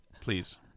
please